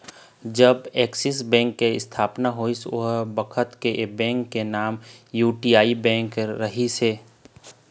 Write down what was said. जब Axis bank के इस्थापना होइस ओ बखत ऐ बेंक के नांव यूटीआई बेंक रिहिस हे